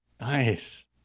nice